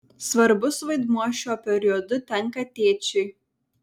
svarbus vaidmuo šiuo periodu tenka tėčiui